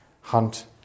hunt